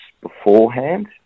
beforehand